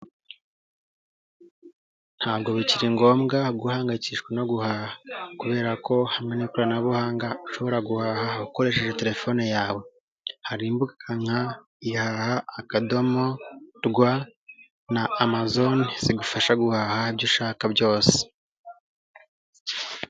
Ntabwo bikiri ngombwa guhangayikishwa no guhaha kubera ko hamwe n'ikoranabuhanga ushoboraha ukoresheje telefone yawe, hari imbuga nka ihaha akadomo rwa na amazone zigufasha guhaha ibyo ushaka byose.